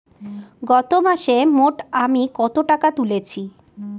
গত মাসে মোট আমি কত টাকা তুলেছি?